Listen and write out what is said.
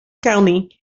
county